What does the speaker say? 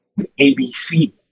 ABC